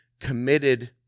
committed